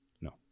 no